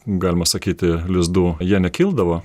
galima sakyti lizdų jie nekildavo